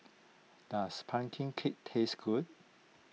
does Pumpkin Cake taste good